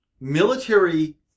military